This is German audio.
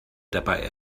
dabei